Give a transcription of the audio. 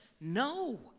No